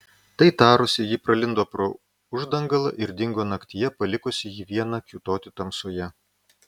tai tarusi ji pralindo pro uždangalą ir dingo naktyje palikusi jį vieną kiūtoti tamsoje